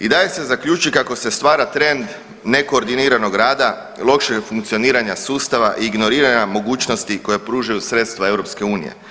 I daje se zaključiti kako se stvara trend ne koordiniranog rada, lošeg funkcioniranja sustava i ignoriranja mogućnosti koja pružaju sredstva EU.